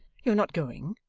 you are not going?